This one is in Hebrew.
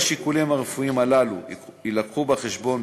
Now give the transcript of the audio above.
כל השיקולים הרפואיים הללו יילקחו בחשבון,